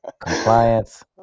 Compliance